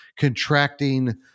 contracting